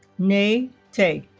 nay htay